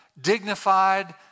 dignified